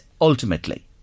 ultimately